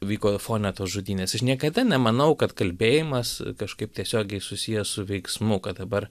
vyko fone tos žudynės aš niekada nemanau kad kalbėjimas kažkaip tiesiogiai susijęs su veiksmu kad dabar